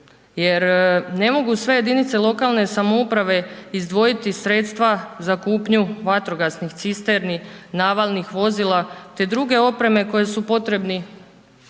jer ne mogu sve jedinice lokalne samouprave izdvojiti sredstva za kupnju vatrogasnih cisterni, navalnih vozila, te druge opreme koji su potrebni